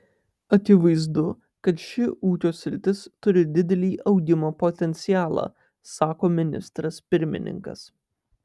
akivaizdu kad ši ūkio sritis turi didelį augimo potencialą sako ministras pirmininkas